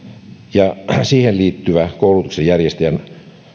ja siihen liittyvä koulutuksen järjestäjän